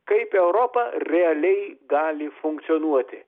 kaip europa realiai gali funkcionuoti